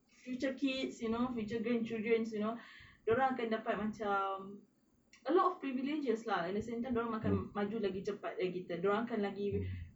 future kids you know future grandchildren you know dia orang akan dapat macam a lot of privileges lah and then same time makan maju lagi cepat dari kita lagi